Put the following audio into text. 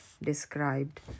Described